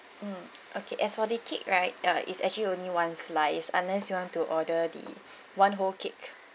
mm okay as for the cake right uh it's actually only one slice unless you want to order the one whole cake